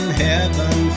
heaven